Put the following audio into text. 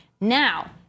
Now